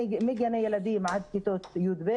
מגני ילדים ועד כיתות י"ב,